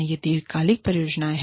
ये दीर्घकालिक परियोजनाएं हैं